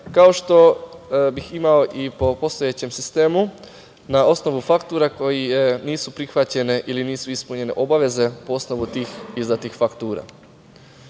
kao što bih imao i po postojećem sistemu na osnovu faktura koje nisu prihvaćene ili nisu ispunjene obaveze po osnovu tih izdati faktura. Ovde